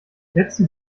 letzten